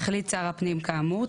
החליט שר הפנים כאמור,